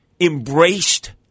embraced